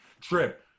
Trip